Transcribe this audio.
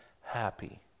happy